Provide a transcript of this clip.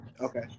Okay